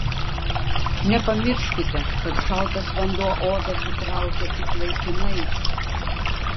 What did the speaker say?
nepamirškite kad šaltas vanduo odą sutraukia tik laikinai